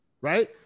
right